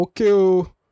okay